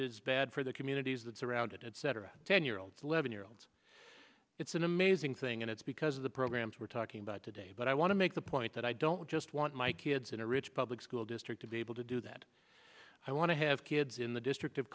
is bad for the communities that surround it etc ten year olds eleven year olds it's an amazing thing and it's because of the programs we're talking about today but i want to make the point that i don't just want my kids in a rich public school district to be able to do that i want to have kids in the district of